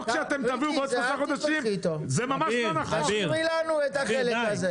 החוק שתקבלו --- בוא, תהרוג אנשים.